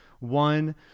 One